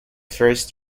first